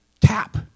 tap